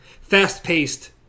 fast-paced